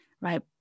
right